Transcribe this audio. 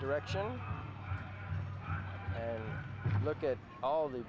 direction look at all the